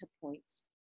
points